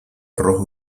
rojo